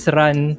run